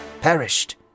perished